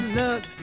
look